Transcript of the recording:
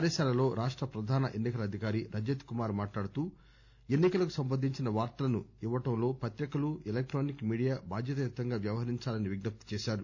కార్యశాలలో రాష్ట ప్రధాన ఎన్ని కల అధికారి రజత్ కుమార్ మాట్లాడుతూ ఎన్ని కలకు సంబంధించిన వార్తలను ఇవ్వటంలో పత్రికలు ఎలక్షానిక్ మీడియా బాధ్యతాయుతంగా వ్యవహరించాలని విజ్టప్తి చేశారు